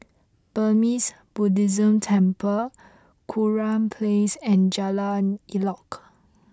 Burmese Buddhist Temple Kurau Place and Jalan Elok